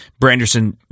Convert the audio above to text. branderson